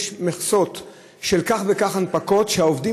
יש מכסות של כך וכך הנפקות שהעובדים